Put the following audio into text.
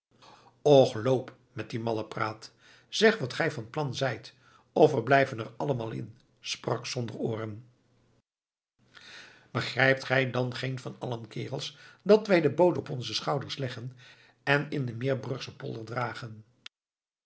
loop met die malle praat zeg wat gij van plan zijt of we blijven er allemaal in sprak zonderooren begrijpt gij mij dan geen van allen kerels wij zullen de boot op onze schouders leggen en in de meerbrugschen polder dragen